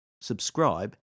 subscribe